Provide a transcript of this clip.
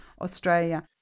Australia